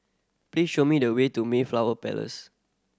please show me the way to Mayflower Palace